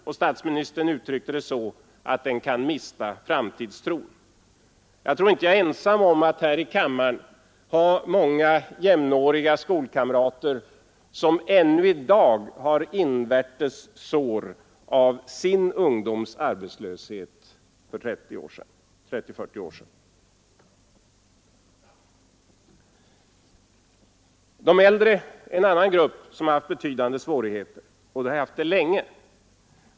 Jag tror inte jag är ensam här i kammaren om att ha många jämnåriga skolkamrater som ännu i dag har invärtes sår av sin ungdoms arbetslöshet för 30—40 år sedan. De äldre är en annan grupp som har haft betydande svårigheter, och de har haft det länge.